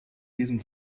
diesem